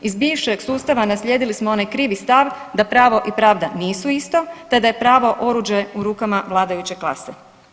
Iz bivšeg sustava naslijedili smo onaj krivi stav da pravo i pravda nisu isto te da je pravo oruđe u rukama vladajuće klase.